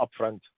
upfront